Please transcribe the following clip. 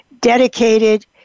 dedicated